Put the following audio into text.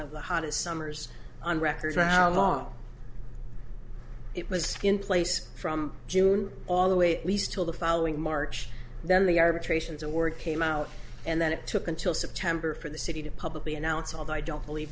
of the hottest summers on record for how long it was in place from june all the way at least till the following march then the arbitrations award came out and then it took until september for the city to publicly announce although i don't believe